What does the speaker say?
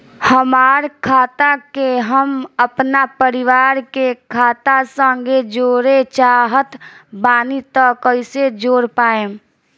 हमार खाता के हम अपना परिवार के खाता संगे जोड़े चाहत बानी त कईसे जोड़ पाएम?